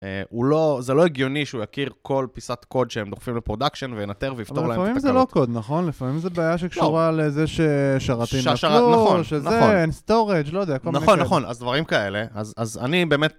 אה, הוא לא-זה לא הגיוני שהוא יכיר כל פיסת קוד שהם דוחפים לפרודקשן, וינטר ויפתור להם את התקלות. אבל לפעמים זה לא קוד, נכון? לפעמים זה בעיה -לא. שקשורה לזה ש...שרתים נפלו, שהשר- נכון. נכון. שזה, אין storage, לא יודע, כל מיני כאלה. נכון, נכון, אז דברים כאלה, אז, אז, אני באמת